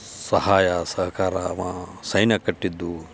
ಸಹಾಯ ಸಹಕಾರ ಅವ ಸೈನ್ಯ ಕಟ್ಟಿದ್ದು